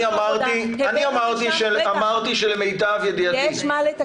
אני אמרתי שלמיטב ידיעתי בנושא ההכרה --- יש מה לטפל,